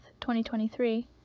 2023